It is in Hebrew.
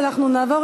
אנחנו נעבור